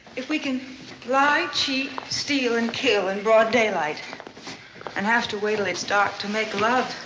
if we can lie, cheat, steal and kill in broad daylight and have to wait till it's dark to make love,